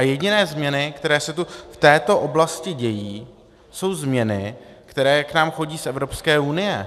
Jediné změny, které se tu v této oblasti dějí, jsou změny, které k nám chodí z Evropské unie.